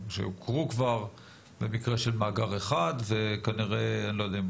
שהוכרו כבר במקרה של מאגר אחד ואני לא יודע אם